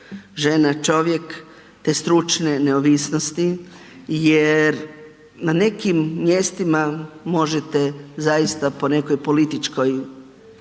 žena čovjeka te stručne neovisnosti jer na nekim mjestima možete zaista po nekoj političkoj